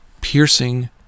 piercing